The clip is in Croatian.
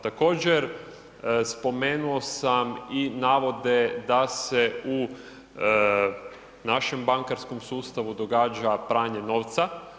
Također, spomenuo sam i navode da se u našem bankarskom sustavu događa pranje novca.